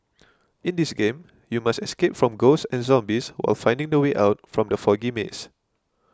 in this game you must escape from ghosts and zombies while finding the way out from the foggy maze